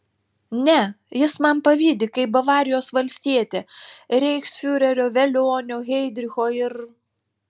ne jis man pavydi kaip bavarijos valstietė reichsfiurerio velionio heidricho ir